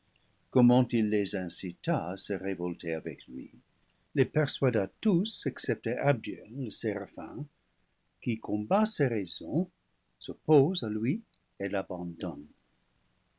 comment il les incita à se révolter avec lui les persuada tous excepté abdiel le séraphin qui combat ses raisons s'oppose à lui et l'abandonne